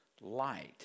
light